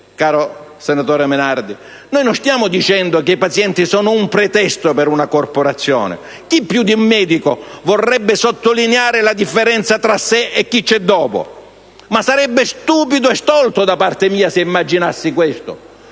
caro senatore Menardi. Non stiamo dicendo che i pazienti sono un pretesto per una corporazione. Chi più di un medico vorrebbe sottolineare la differenza tra sè e chi c'è dopo? Ma sarebbe stupido e stolto da parte mia immaginare questo.